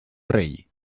rei